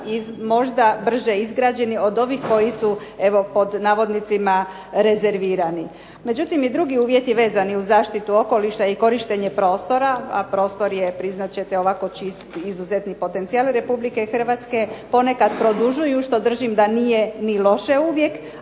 možda brže izgrađeni od ovih koji su evo pod navodnicima "rezervirani". Međutim, i drugi uvjeti vezani uz zaštitu okoliša i korištenje prostora, a prostor je priznat ćete ovako čist i izuzetni potencijal RH, ponekad produžuju što držim da nije ni loše uvijek,